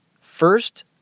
First